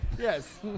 Yes